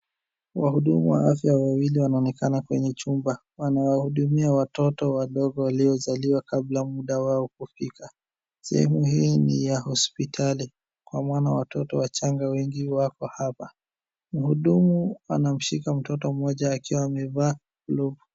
Wahudumu wa afya wawili wanaonekana kwenye chumba. Wanawahudumia watoto wadogo waliozaliwa kabla muda wao kufika. Sehemu hii ni ya hospitali kwa maana watoto wachanga wengi wako hapa. Mhudumu anamshika mtoto mmoja akiwa amevaa glovu.